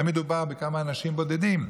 תמיד דובר בכמה אנשים בודדים,